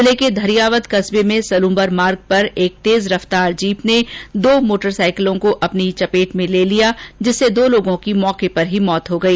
जिले के धरियावाद कस्बे में सलूंबर मार्ग पर एक तेज रफ्तार जीप ने दो मोटरसाइकिलों को अपनी चपेट में ले लिया जिससे दो लोगों की मौके पर ही मौत हो गई